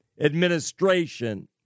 administration